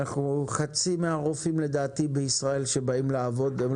חצי מהרופאים לדעתי בישראל שבאים לעבוד לא